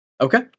Okay